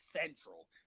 central